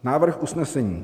Návrh usnesení: